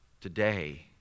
Today